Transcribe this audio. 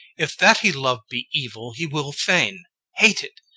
if that he loved be evil, he will fain hate it.